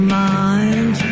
mind